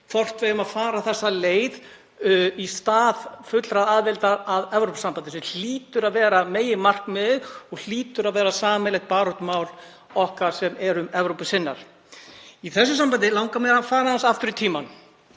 við eigum að fara þessa leið í stað fullrar aðildar að Evrópusambandinu, sem hlýtur að vera meginmarkmiðið og hlýtur að vera sameiginlegt baráttumál okkar sem erum Evrópusinnar. Í því sambandi langar mig að fara aðeins aftur í tímann.